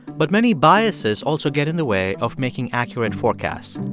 but many biases also get in the way of making accurate forecasts.